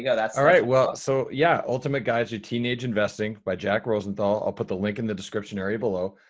yeah that's all right. well, so yeah, ultimate guides are teenage investing by jack rosenthal. i'll put the link in the description area below.